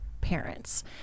parents